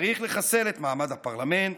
צריך לחסל את מעמד הפרלמנט,